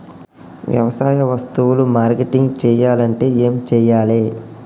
వ్యవసాయ వస్తువులు మార్కెటింగ్ చెయ్యాలంటే ఏం చెయ్యాలే?